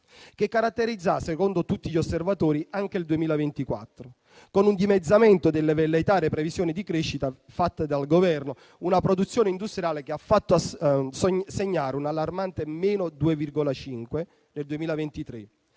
che caratterizzerà, secondo tutti gli osservatori, anche il 2024, con un dimezzamento delle velleitarie previsioni di crescita fatte dal Governo, una produzione industriale che ha fatto segnare un allarmante meno 2,5 nel 2023,